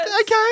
Okay